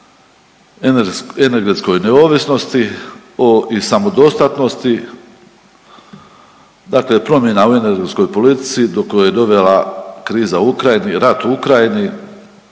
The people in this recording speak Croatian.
o energetskoj neovisnosti i samodostatnosti, dakle promjena u energetskoj politici do koje je dovela kriza u Ukrajini, rat u Ukrajini,